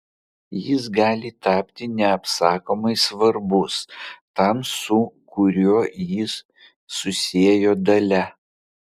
jis gali tapti neapsakomai svarbus tam su kuriuo jį susiejo dalia